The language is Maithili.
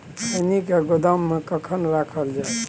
खैनी के गोदाम में कखन रखल जाय?